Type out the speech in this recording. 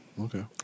Okay